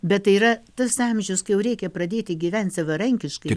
bet tai yra tas amžius kai jau reikia pradėti gyvent savarankiškai